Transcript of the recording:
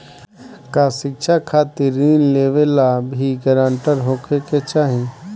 का शिक्षा खातिर ऋण लेवेला भी ग्रानटर होखे के चाही?